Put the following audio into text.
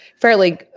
fairly